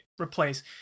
replace